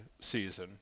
season